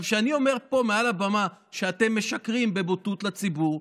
כשאני אומר פה מעל הבמה שאתם משקרים בבוטות לציבור,